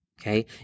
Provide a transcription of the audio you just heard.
Okay